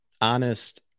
honest